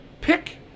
pick